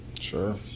Sure